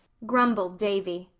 grumbled davy.